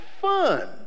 fun